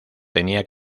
tenía